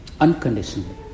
unconditionally